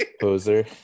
poser